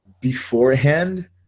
beforehand